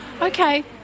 Okay